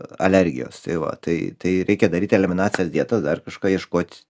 alergijos tai va tai tai reikia daryt eliminacijas dietas dar kažką ieškot